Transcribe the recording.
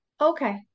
Okay